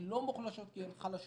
הן לא מוחלשות כי הן חלשות,